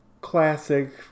classic